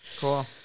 Cool